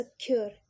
Secure